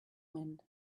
wind